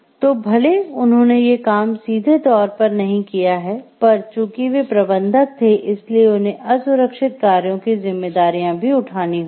तो भले उन्होंने ये काम सीधे तौर पर नहीं किया है पर चूँकि वे प्रबंधक हैं इसलिए उन्हें असुरक्षित कार्यों की जिम्मेदारियां भी उठानी होगी